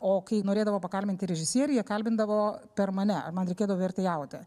o kai norėdavo pakalbinti režisierių jie kalbindavo per mane man reikėdavo vertėjauti